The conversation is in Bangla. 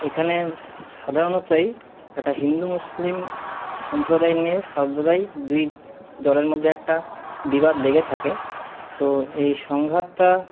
এখানে সাধারণতই একটা হিন্দু মুসলিম সম্প্রদায় নিয়ে সর্বদাই দুই দলের মধ্যে একটা বিবাদ লেগে থাকে তো এই সংঘাতটা